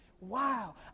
Wow